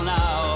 now